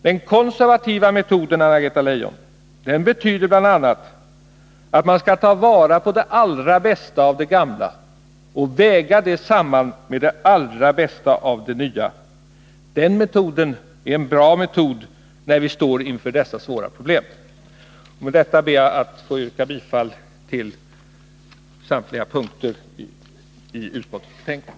Den konservativa metoden, Anna-Greta Leijon, betyder bl.a. att man skall ta vara på det allra bästa av det gamla och väga det samman med det allra bästa av det nya. Den metoden är en bra metod när vi står inför dessa svåra problem. Med detta ber jag att få yrka bifall till utskottets hemställan på samtliga punkter.